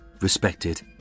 respected